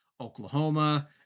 Oklahoma